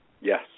Yes